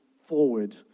forward